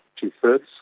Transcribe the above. two-thirds